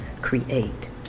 create